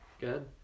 Good